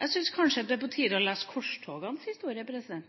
Jeg synes kanskje det er på tide å lese korstogenes historie,